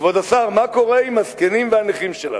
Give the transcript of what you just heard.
כבוד השר, מה קורה עם הזקנים והנכים שלנו?